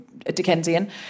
Dickensian